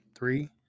Three